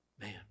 Man